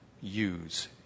use